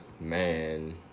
man